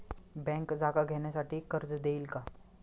Bank जागा घेण्यासाठी कर्ज देईल का?